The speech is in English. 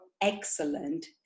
excellent